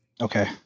okay